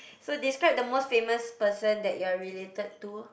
so describe the most famous person that you're related to